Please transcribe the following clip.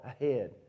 ahead